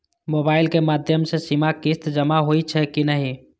Mobile के माध्यम से सीमा किस्त जमा होई छै कि नहिं?